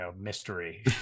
mystery